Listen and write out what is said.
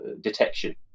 Detection